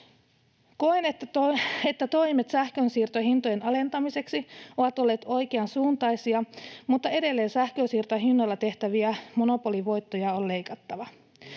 Koen, että toimet sähkönsiirtohintojen alentamiseksi ovat olleet oikeansuuntaisia, mutta edelleen sähkönsiirtohinnalla tehtäviä monopolivoittoja on leikattava.